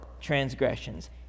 transgressions